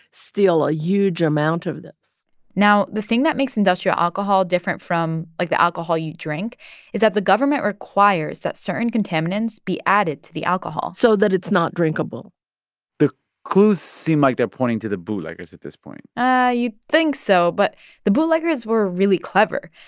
steal a huge amount of this now, the thing that makes industrial alcohol different from, like, the alcohol you drink is that the government requires that certain contaminants be added to the alcohol so that it's not drinkable the clues seem like they're pointing to the bootleggers at this point ah you'd think so, but the bootleggers were really clever.